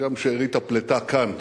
אז גם שארית הפליטה כאן